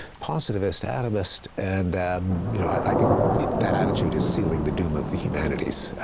positivist, atavist, and you know i think that attitude is sealing the doom of the humanities.